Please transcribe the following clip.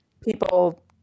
people